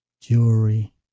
jewelry